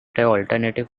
alternative